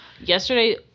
Yesterday